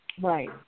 Right